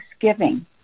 thanksgiving